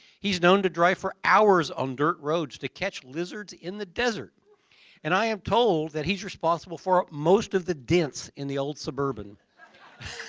he's known to drive for hours on dirt roads to catch lizards in the desert and i am told that he's responsible for most of the dents in the old suburban